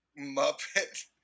Muppet